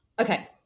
okay